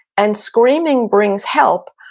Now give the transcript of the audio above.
and screaming brings help,